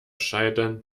scheitern